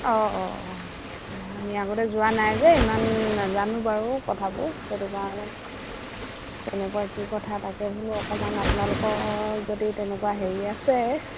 অঁ অঁ অঁ আমি আগতে যোৱা নাই যে ইমান নাজানো বাৰু কথাবোৰ সেইটো কাৰণে কেনেকুৱা কি কথা তাকে বোলো অকণমান আপোনালোকৰ যদি তেনেকুৱা হেৰি আছে